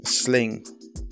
sling